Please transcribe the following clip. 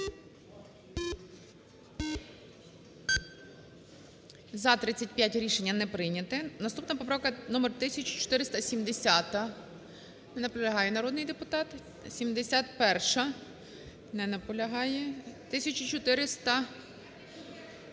За-35 Рішення не прийняте. Наступна поправка – номер 1470. Не наполягає народний депутат. 71-а. Не наполягає. Будь